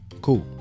cool